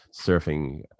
surfing